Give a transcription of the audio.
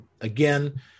Again